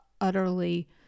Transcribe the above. utterly